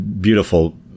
beautiful